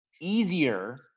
easier